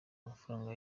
amafaranga